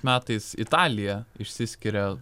metais italija išsiskiria